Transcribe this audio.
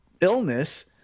illness